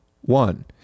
One